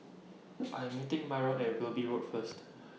I Am meeting Myron At Wilby Road First